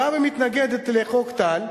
באה ומתנגדת לחוק טל,